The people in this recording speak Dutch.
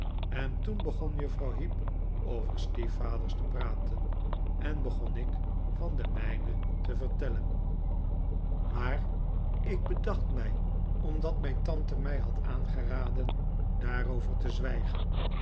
en toen begon juffrouw heep over stiefvaders te praten en begon ik van den mijne te vertellen maar ik bedacht mij omdatmijn tante mij had aangeraden daarover te zwijgen